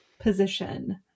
position